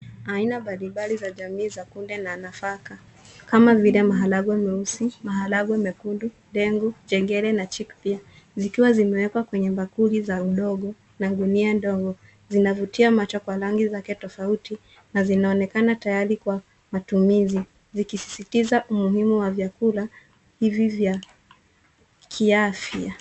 Aina mbalimbali za jamii za kunde na nafaka kama vile maharagwe meusi, maharagwe mekundu, ndengu, chengere na chickpea , zikiwa zimewekwa kwenye bakuli za udongo kwenye gunia ndogo. Zinavutia macho kwa rangi zake tofauti na zinaonekana tayari kwa matumizi vikisisitiza umuhimu wa vyakula hivi vya kiafya.